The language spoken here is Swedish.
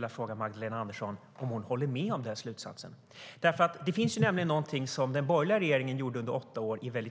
Låt mig fråga Magdalena Andersson om hon håller med om denna slutsats. Något som den borgerliga regeringen gjorde